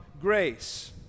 grace